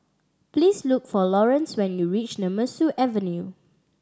please look for Laurence when you reach Nemesu Avenue